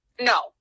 No